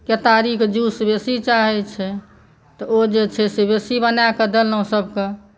केतारीके juice बेसी चाहै छै तऽ ओ जे छै से बेसी बनाके देलहुँ सभके